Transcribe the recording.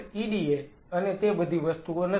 eda અને તે બધી વસ્તુઓ નથી